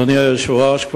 אדוני היושב-ראש,